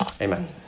Amen